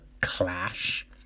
clash